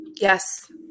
Yes